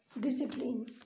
discipline